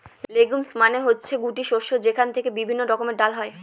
legumes মানে হচ্ছে গুটি শস্য যেখান থেকে বিভিন্ন রকমের ডাল হয়